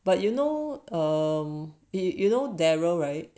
but you know um you you know daryl right